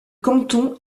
canton